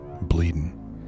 bleeding